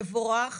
תבורך.